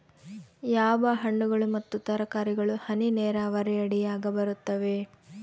ಯಾವ ಹಣ್ಣುಗಳು ಮತ್ತು ತರಕಾರಿಗಳು ಹನಿ ನೇರಾವರಿ ಅಡಿಯಾಗ ಬರುತ್ತವೆ?